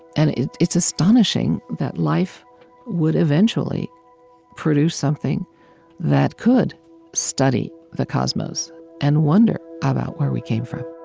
and it's astonishing that life would eventually produce something that could study the cosmos and wonder about where we came from